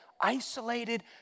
isolated